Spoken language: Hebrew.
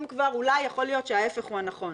אם כבר אולי יכול להיות שההיפך הוא הנכון.